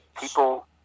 People